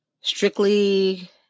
strictly